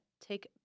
take